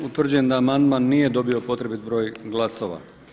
Utvrđujem da amandman nije dobio potrebit broj glasova.